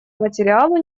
материалу